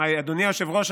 אדוני היושב-ראש,